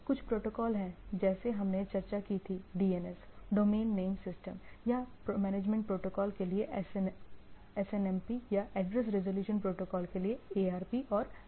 कुछ प्रोटोकॉल हैं जैसे हमने चर्चा की थी DNS डोमेन नेम सिस्टम या मैनेजमेंट प्रोटोकॉल के लिए SNMP या एड्रेस रिज़ॉल्यूशन प्रोटोकॉल के लिए ARP और DHCP है